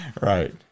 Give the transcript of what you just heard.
right